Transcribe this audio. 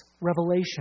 revelation